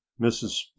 mrs